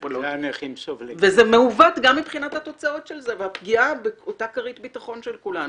וגם מבחינת התוצרת של זה והפגיעה בכרית הביטחון של כולנו.